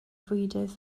fwydydd